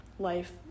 life